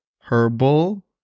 herbal